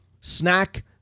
snack